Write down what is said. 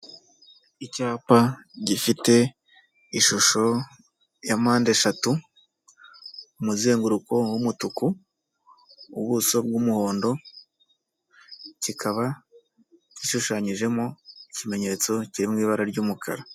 Icyapa gifite ishusho ya mpande eshatu, umuzenguruko w'umutuku, ubuso bw'umuhondo, kikaba gishushanyijemo ikimenyetso kiri mu ibara ry'umukara.